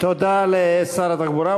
תודה לשר התחבורה,